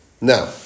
Now